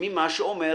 ממה שאומר